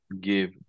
give